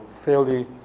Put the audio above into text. fairly